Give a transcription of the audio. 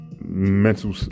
mental